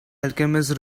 alchemist